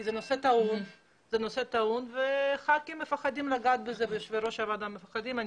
כי זה נושא טעון וחברי כנסת ויושבי ראש הוועדה מפחדים לגעת בזה,